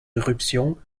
éruption